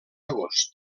agost